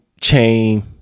chain